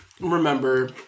remember